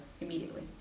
immediately